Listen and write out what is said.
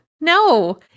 No